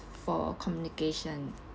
for communication